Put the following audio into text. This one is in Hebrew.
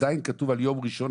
עדיין כתוב על יום ראשון.